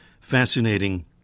fascinating